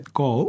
go